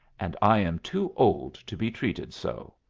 and i am too old to be treated so.